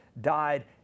died